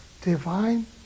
divine